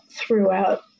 throughout